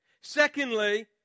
Secondly